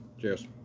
Cheers